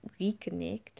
reconnect